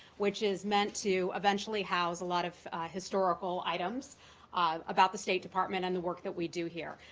which is meant to eventually house a lot of historical items about the state department and the work that we do here.